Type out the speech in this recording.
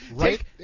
Take